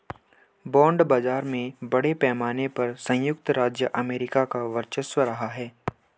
bond बाजार में बड़े पैमाने पर सयुक्त राज्य अमेरिका का वर्चस्व रहा है